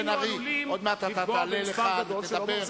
חבר הכנסת בן-ארי, עוד מעט אתה תעלה לכאן ותדבר.